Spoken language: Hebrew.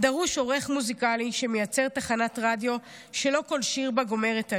דרוש עורך מוזיקלי שמייצר תחנת רדיו שלא כל שיר בה גומר את הלב,